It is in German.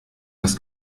das